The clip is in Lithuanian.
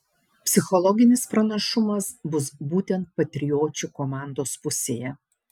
psichologinis pranašumas bus būtent patriočių komandos pusėje